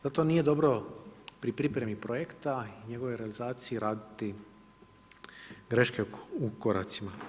Zato nije dobro pri pripremi projekta i njegove realizacije raditi greške u koracima.